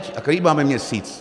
A který máme měsíc?